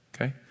Okay